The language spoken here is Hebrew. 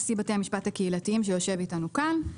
נשיא בתי המשפט הקהילתיים שיושב איתנו כאן.